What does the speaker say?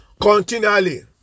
continually